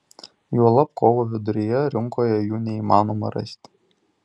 juolab kovo viduryje rinkoje jų neįmanoma rasti